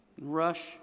Rush